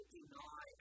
deny